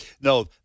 No